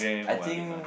I think